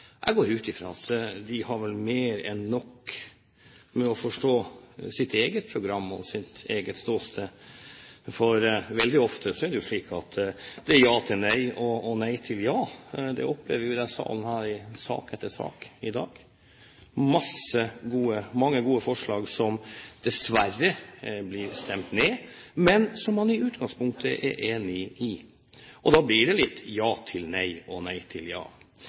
Jeg går ut fra at de vel har mer enn nok med å forstå sitt eget program og sitt eget ståsted, for veldig ofte er det slik at det er ja til nei og nei til ja. Det opplever vi i denne salen her i sak etter sak i dag – mange gode forslag som dessverre blir stemt ned, men som man i utgangspunktet er enig i. Da blir det litt ja til nei og nei til ja.